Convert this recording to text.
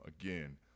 again